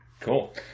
Cool